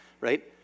right